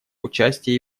участие